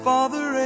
Father